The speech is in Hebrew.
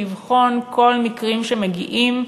לבחון את כל המקרים שמגיעים,